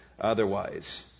otherwise